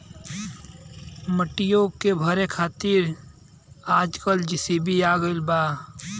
मटियो के भरे खातिर समय मिल जात रहल